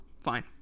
Fine